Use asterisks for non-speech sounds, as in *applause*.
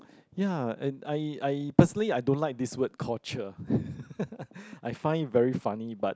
ya and I I personally I don't like this word called cher *laughs* I find it very funny but